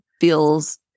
feels